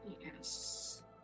Yes